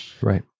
Right